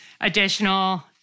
additional